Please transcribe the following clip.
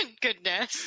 goodness